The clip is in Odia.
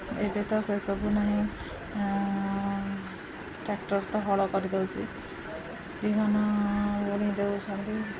ଏବେ ତ ସେସବୁ ନାହିଁ ଟ୍ରାକ୍ଟର୍ ତ ହଳ କରିଦେଉଛି ବିହନ ବୁଣିଦେଉଛନ୍ତି